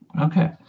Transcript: Okay